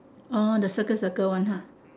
uh the circle circle one ha